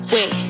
Wait